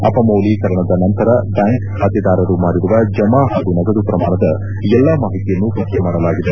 ಅಪಮೌಲೀಕರಣದ ನಂತರ ಬ್ಲಾಂಕ್ ಖಾತೆದಾರರು ಮಾಡಿರುವ ಜಮಾ ಹಾಗೂ ನಗದು ಪ್ರಮಾಣದ ಎಲ್ಲಾ ಮಾಹಿತಿಯನ್ನು ಪತ್ತೆ ಮಾಡಲಾಗಿದೆ